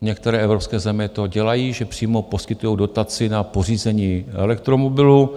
Některé evropské země to dělají, že přímo poskytují dotaci na pořízení elektromobilu.